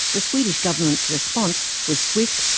the swedish government's response was swift,